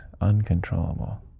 uncontrollable